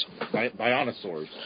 Bionosaurs